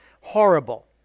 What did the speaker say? horrible